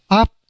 up